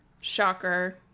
Shocker